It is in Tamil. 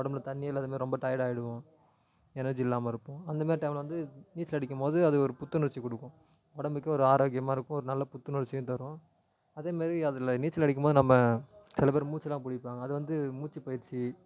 உடம்புல தண்ணி இல்லாத மாரி ரொம்ப டையடாக ஆயிடுவோம் எனர்ஜி இல்லாமல் இருக்கும் அந்த மாரி டைமில் வந்து நீச்சல் அடிக்கும்போது அது ஒரு புத்துணர்ச்சி கொடுக்கும் உடம்புக்கே ஒரு ஆரோக்கியமாக இருக்கும் ஒரு நல்ல புத்துணர்ச்சியும் தரும் அதேமாரி அதில் நீச்சல் அடிக்கும்போது நம்ம சில பேரு மூச்செல்லாம் புடிப்பாங்க அதுவந்து மூச்சி பயிற்சி